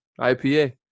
IPA